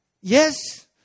Yes